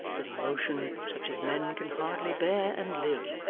with emotion such as men can hardly bear and live,